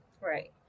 Right